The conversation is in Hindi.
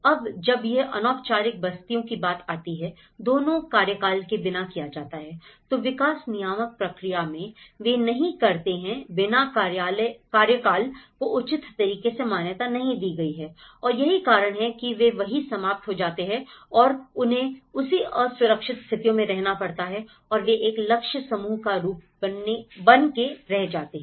अब जब यह अनौपचारिक बस्तियों की बात आती है दोनों कार्यकाल के बिना किया जाता है तो विकास नियामक प्रक्रिया में वे नहीं करते हैं बिना कार्यकाल को उचित तरीके से मान्यता नहीं दी गई है और यही कारण है कि वे वही समाप्त हो जाते हैं और उन्हें उसी असुरक्षित स्थितियों में रहना पड़ता है और वे एक लक्ष्य समूह का रूप बन के रह जाते हैं